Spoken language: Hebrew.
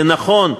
זה נכון,